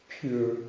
pure